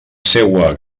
seua